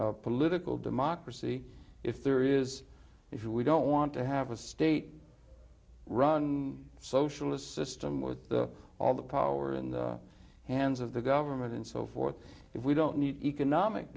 equal political democracy if there is if we don't want to have a state run socialist system with the all the power in the hands of the government and so forth if we don't need economic